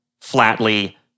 flatly